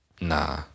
Nah